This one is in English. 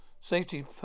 Safety